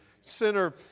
center